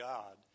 God